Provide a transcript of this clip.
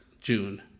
june